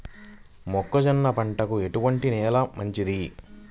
మొక్క జొన్న పంటకు ఎలాంటి నేల మంచిది?